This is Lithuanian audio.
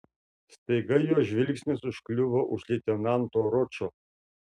staiga jos žvilgsnis užkliuvo už leitenanto ročo